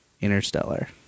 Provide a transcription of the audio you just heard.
Interstellar